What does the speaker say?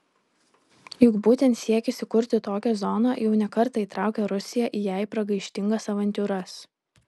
juk būtent siekis įkurti tokią zoną jau ne kartą įtraukė rusiją į jai pragaištingas avantiūras